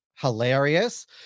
hilarious